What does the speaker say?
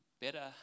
better